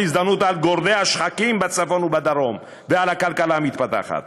הזדמנות על גורדי השחקים בצפון ובדרום ועל הכלכלה המתפתחת.